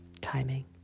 timing